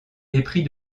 épris